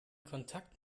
kontakt